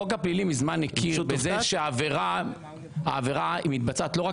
החוק הפלילי מזמן הכיר בזה שהעבירה מתבצעת לא רק